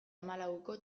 hamalauko